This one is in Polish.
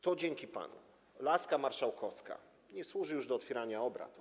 To dzięki panu laska marszałkowska nie służy już do otwierania obrad.